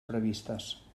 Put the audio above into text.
previstes